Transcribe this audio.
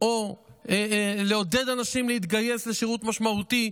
או לעודד אנשים להתגייס לשירות משמעותי,